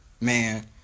Man